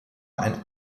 ein